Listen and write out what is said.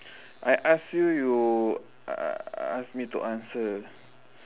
I ask you you a~ ask me to answer